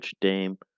Dame